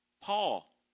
Paul